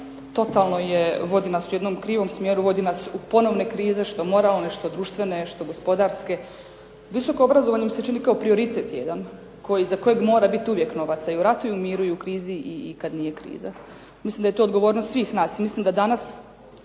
totalno vodi nas u jednom krivom smjeru, vodi nas u ponovne krize, što moralne, što društvene, što gospodarske. Visoko obrazovanje nam se čini kao prioritet jedan za kojeg mora biti uvijek novaca i u ratu i u miru i u krizi i kad nije kriza. Mislim da je to odgovornost svih nas. Mislim da danas